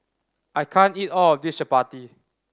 I can't eat all of this chappati